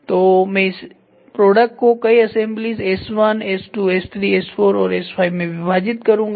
तो मैं इस प्रोडक्ट को कई assemblies S1 S2 S3 S4 और S5 में विभाजित करूंगा